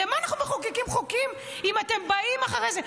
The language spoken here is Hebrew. למה אנחנו מחוקקים חוקים אם אתם באים אחרי זה?